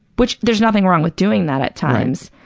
which there's nothing wrong with doing that at times.